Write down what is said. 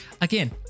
again